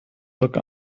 hook